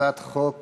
הצעת חוק